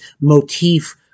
motif